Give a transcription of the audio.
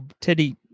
Teddy